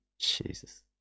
Jesus